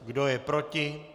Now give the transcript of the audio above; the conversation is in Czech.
Kdo je proti?